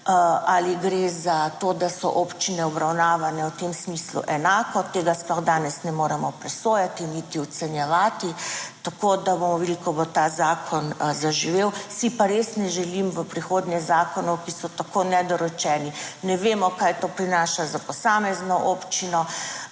ali gre za to, da so občine obravnavane v tem smislu enako, tega sploh danes ne moremo presojati niti ocenjevati. Tako da bomo videli, ko bo ta zakon zaživel, si pa res ne želim v prihodnje zakonov, ki so tako nedorečeni. Ne vemo kaj to prinaša za posamezno občino,